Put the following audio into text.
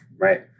right